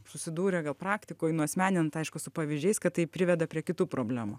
susidūrę gal praktikoj nuasmeninta aišku su pavyzdžiais kad tai priveda prie kitų problemų